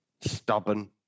stubborn